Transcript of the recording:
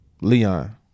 Leon